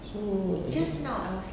so I just